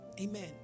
Amen